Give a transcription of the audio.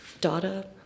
data